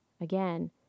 again